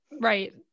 right